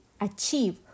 achieve